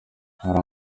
hari